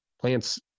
plants